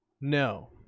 No